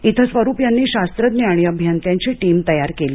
इथं स्वरुप यांनी शास्त्रज्ञ आणि अभियंत्यांची टिम तयार केली